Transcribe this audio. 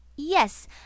Yes